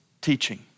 teaching